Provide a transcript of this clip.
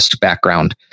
background